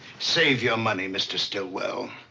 save your money, mr. stillwell.